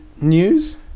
news